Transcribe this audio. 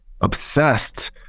obsessed